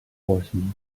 horsemen